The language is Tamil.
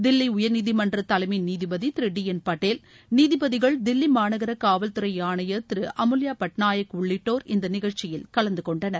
தில்லி உயர்நீதீமன்ற தலைமை நீதிபதி திரு டி என் பட்டேல் நீதிபதிகள் தில்லி மாநகர காவல்துறை ஆணையர் திரு அமுல்யா பட்நாயக் உள்ளிட்டோர் இந்த நிகழ்ச்சியில் கலந்துகொண்டனர்